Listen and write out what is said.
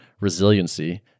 resiliency